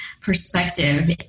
perspective